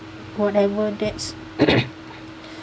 whatever that's